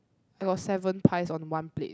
I got seven pies on one plate